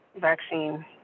vaccine